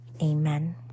amen